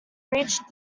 reached